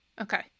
Okay